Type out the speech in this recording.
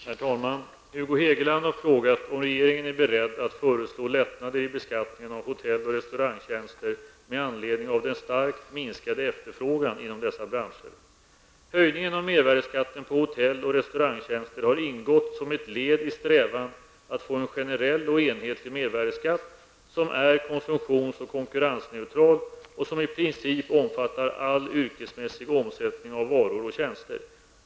Herr talman! Hugo Hegeland har frågat om regeringen är beredd att föreslå lättnader i beskattningen av hotell och restaurangtjänster med anledning av den starkt minskade efterfrågan inom dessa branscher. Höjningen av mervärdeskatten på hotell och restaurangtjänster har ingått som ett led i strävan att få en generell och enhetlig mervärdeskatt som är konsumtions och konkurrensneutral och som i princip omfattar all yrkesmässig omsättning av varor och tjänster.